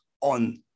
on